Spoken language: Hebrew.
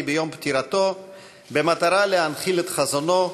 ביום פטירתו במטרה להנחיל את חזונו,